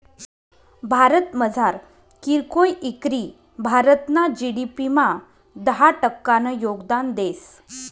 भारतमझार कीरकोय इकरी भारतना जी.डी.पी मा दहा टक्कानं योगदान देस